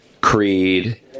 Creed